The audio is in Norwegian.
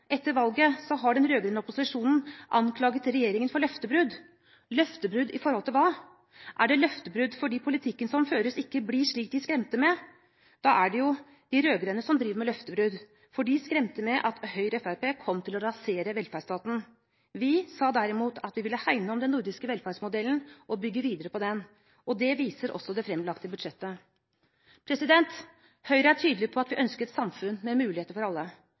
Etter valget har den rød-grønne opposisjonen anklaget regjeringen for løftebrudd. Løftebrudd med tanke på hva? Er det løftebrudd fordi politikken som føres, ikke ble slik de skremte med? Da er det jo de rød-grønne som driver med løftebrudd, for de skremte med at Høyre og Fremskrittspartiet kom til å rasere velferdsstaten. Vi sa derimot at vi ville hegne om den nordiske velferdsmodellen og bygge videre på den, og det viser også det framlagte budsjettet. I Høyre er vi tydelige på at vi ønsker et samfunn med muligheter for alle,